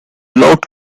loud